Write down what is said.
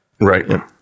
right